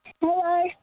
Hello